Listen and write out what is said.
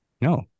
No